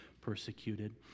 persecuted